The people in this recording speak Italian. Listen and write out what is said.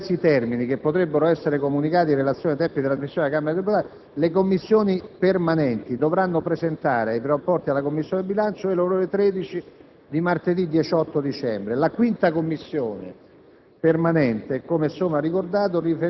ho gia detto, salvo diversi termini che potrebbero essere comunicati in relazione ai tempi di trasmissione della Camera dei deputati, le Commissioni permanenti dovranno presentare i rapporti alla Commissione bilancio entro le ore 13 di martedì 18 dicembre. Gli emendamenti